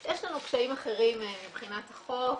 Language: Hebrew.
יש לנו קשיים אחרים מבחינת החוק,